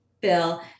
Bill